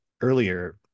earlier